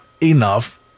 enough